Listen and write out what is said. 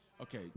Okay